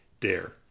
dare